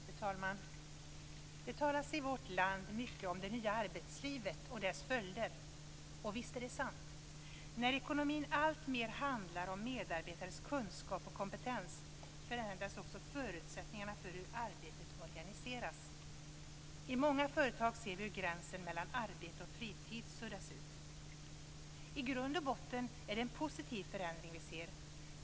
Fru talman! Det talas i vårt land mycket om det nya arbetslivet och dess följder. Och visst är det sant att när ekonomin alltmer handlar om medarbetares kunskap och kompetens förändras också förutsättningarna för hur arbetet organiseras. I många företag ser vi hur gränsen mellan arbete och fritid suddas ut. I grund och botten är det en positiv förändring som vi ser.